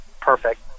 Perfect